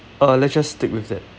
uh let's just stick with that